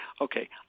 okay